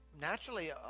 naturally